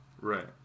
right